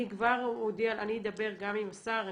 אני אדבר גם עם השר.